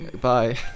bye